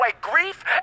grief